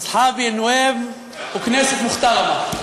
חברי חברי הכנסת, כנסת נכבדה,)